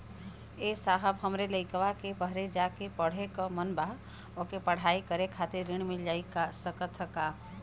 ए साहब हमरे लईकवा के बहरे जाके पढ़े क मन बा ओके पढ़ाई करे खातिर ऋण मिल जा सकत ह?